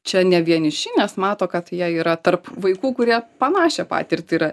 čia ne vieniši nes mato kad jie yra tarp vaikų kurie panašią patirtį yra